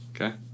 Okay